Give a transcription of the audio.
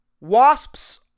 Wasps